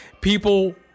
people